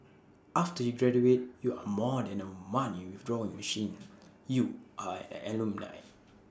after you graduate you are more than A money withdrawing machine you are an alumni